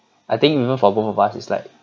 I think even for both of us is like